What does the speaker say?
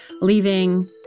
leaving